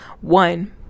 One